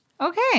Okay